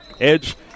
edge